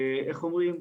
איך אומרים,